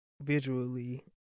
visually